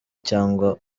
cyangwa